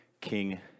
King